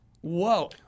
Whoa